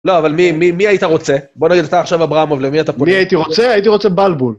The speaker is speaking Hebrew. לא, אבל מי מי היית רוצה? בוא נגיד אתה עכשיו אברמוב, למי אתה פותח? מי הייתי רוצה? הייתי רוצה בלבול.